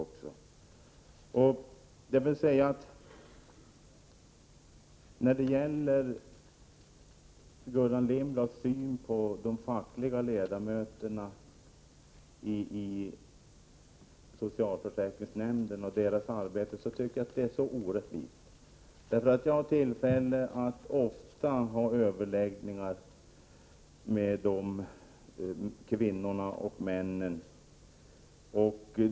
Jag tycker att Gullan Lindblads syn på de fackliga ledamöternas arbete i socialförsäkringsnämnderna är orättvis. Jag har ofta tillfälle att överlägga med dessa kvinnor och män.